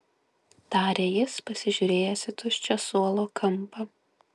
tarė jis pasižiūrėjęs į tuščią suolo kampą